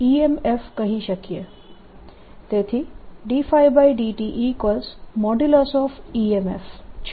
તેથી ddt|EMF| છે